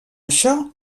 això